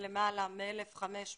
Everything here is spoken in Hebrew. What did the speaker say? למעלה מ-1,500